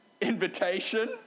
invitation